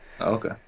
Okay